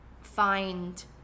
find